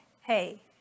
hey